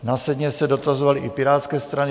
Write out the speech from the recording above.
Následně se dotazovali i Pirátské strany.